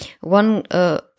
one